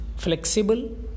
Flexible